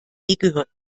gehört